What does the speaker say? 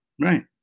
Right